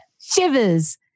shivers